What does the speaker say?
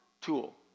tool